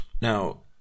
now